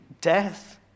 death